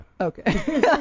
Okay